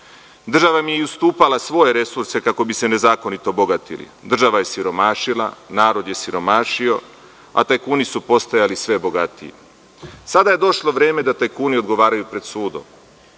Država im je ustupala svoje resurse kako bi se nezakonito bogatili. Država je siromašila, narod je siromašio, a tajkuni su postajali sve bogatiji. Sada je došlo vreme da tajkuni odgovaraju pred sudom. Na